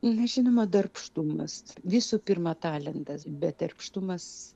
na žinoma darbštumas visų pirma talentas bet darbštumas